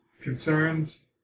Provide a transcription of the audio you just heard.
concerns